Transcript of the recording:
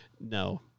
No